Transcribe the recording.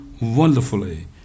wonderfully